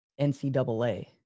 ncaa